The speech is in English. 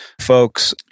folks